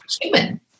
human